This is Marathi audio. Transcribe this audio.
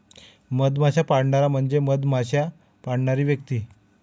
मधमाश्या पाळणारा म्हणजे मधमाश्या पाळणारी व्यक्ती